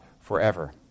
forever